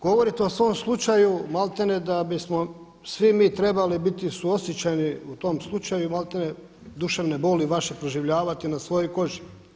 Govorite o svom slučaju maltene da bismo svi mi trebali biti suosjećajni u tom slučaju i maltene duševne boli vaše proživljavati na svojoj koži.